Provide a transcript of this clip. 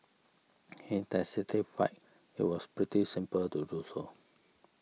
he testified it was pretty simple to do so